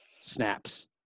snaps